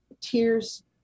Tears